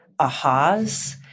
ahas